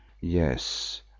Yes